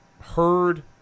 heard